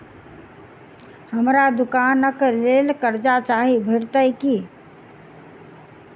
हमरा दुकानक लेल कर्जा चाहि भेटइत की?